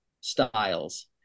styles